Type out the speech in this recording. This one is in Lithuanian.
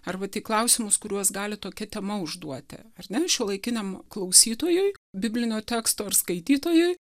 arba į klausimus kuriuos gali tokia tema užduoti ar ne šiuolaikiniam klausytojui biblinio teksto ar skaitytojui